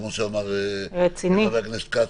כמו שאמר חבר הכנסת כץ,